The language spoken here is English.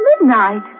midnight